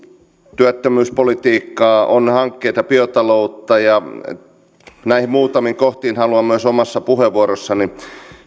työttömyyspolitiikkaa on hankkeita biotaloutta näihin muutamiin kohtiin haluan myös omassa puheenvuorossani